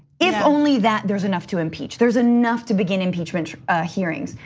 if only that, there's enough to impeach. there's enough to begin impeachment hearings.